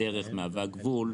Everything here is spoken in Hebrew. כשהדרך מהווה גבול,